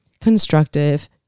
constructive